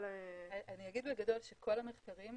ל --- אני אגיד בגדול שכל המחקרים,